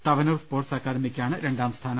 Thavanur sports academy ക്കാണ് രണ്ടാം സ്ഥാനം